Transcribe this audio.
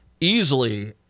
easily